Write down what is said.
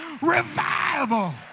revival